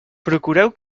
procureu